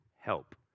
help